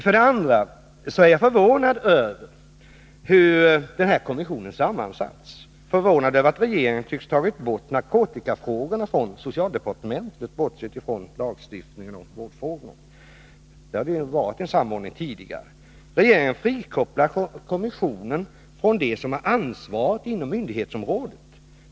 För det andra är jag förvånad över hur denna kommission har sammansatts och att regeringen tycks ha tagit bort narkotikafrågorna från socialdepartementet, bortsett från lagstiftningen och vårdfrågorna. Där har det tidigare varit en samordning. Regeringen frikopplar kommissionen från dem som har ansvaret inom myndighetsområdet.